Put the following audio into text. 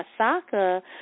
Osaka